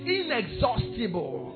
inexhaustible